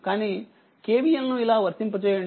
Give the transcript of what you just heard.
కానీKVL ను ఇలావర్తింప చేయండి